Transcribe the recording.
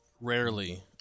rarely